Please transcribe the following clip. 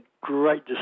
great